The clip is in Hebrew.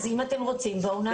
אם אתם רוצים בואו נעבור.